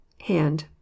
hand